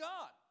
God